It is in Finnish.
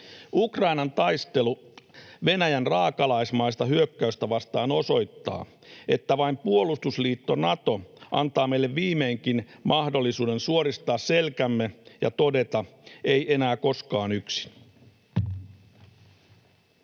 Ukrainan taistelu Venäjän raakalaismaista hyökkäystä vastaan osoittaa, että vain puolustusliitto Nato antaa meille viimeinkin mahdollisuuden suoristaa selkämme ja todeta: ”Ei enää koskaan yksin.”